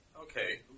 Okay